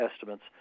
estimates